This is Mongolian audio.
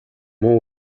муу